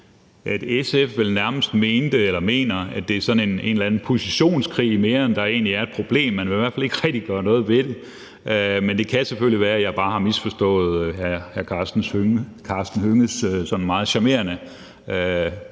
SF mener, at det er en eller anden positionskrig, mere end det egentlig er et problem – man vil i hvert fald ikke rigtig gøre noget ved det. Men det kan selvfølgelig være, at jeg bare har misforstået hr. Karsten Hønges sådan meget charmerende og